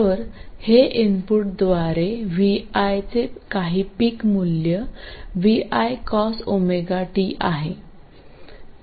तर हे इनपुट द्वारे vi चे काही पीक मूल्य vi cosωt आहे